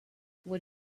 what